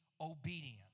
obedient